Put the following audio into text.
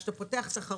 כשאתה פותח תחרות,